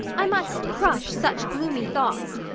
i must crush such gloomy thoughts.